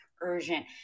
urgent